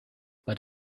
but